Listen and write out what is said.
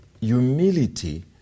humility